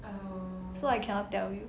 so I cannot tell you